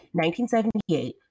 1978